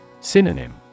Synonym